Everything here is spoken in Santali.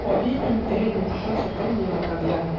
ᱚᱞᱤ ᱤᱧ ᱛᱮᱦᱮᱧ ᱢᱤᱫᱴᱟᱱ ᱥᱮᱛᱟᱧ ᱧᱮᱞ ᱠᱟᱫᱮᱭᱟ